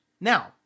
Now